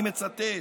אני מצטט: